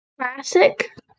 Classic